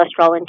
cholesterol